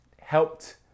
helped